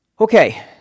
Okay